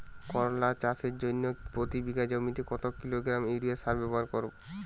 করলা চাষের জন্য প্রতি বিঘা জমিতে কত কিলোগ্রাম ইউরিয়া সার ব্যবহার করা হয়?